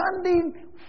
standing